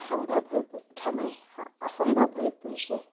সম্ভৱ হৈ উঠা নাই অ অসম্ভৱ হৈ পৰিছে